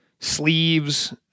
sleeves